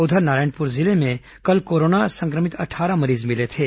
उधर नारायणपुर जिले में कल कोरोना संक्रमित अट्ठारह मरीज मिले थे